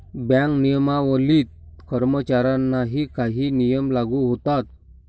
bank नियमनातील कर्मचाऱ्यांनाही काही नियम लागू होतात